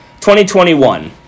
2021